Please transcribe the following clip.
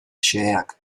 xeheak